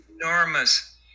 enormous